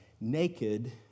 naked